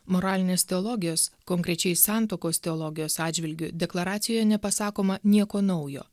moralinės teologijos konkrečiai santuokos teologijos atžvilgiu deklaracijoje nepasakoma nieko naujo